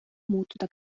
muutuda